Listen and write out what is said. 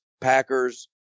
Packers